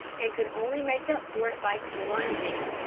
and could only make up for it by plunging.